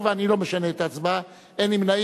בהצבעתה, ואני לא משנה את ההצבעה, אין נמנעים.